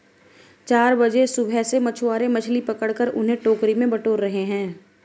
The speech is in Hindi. चार बजे सुबह से मछुआरे मछली पकड़कर उन्हें टोकरी में बटोर रहे हैं